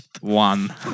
One